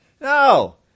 No